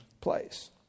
place